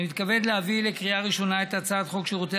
אני מתכבד להביא לקריאה ראשונה את הצעת חוק שירותי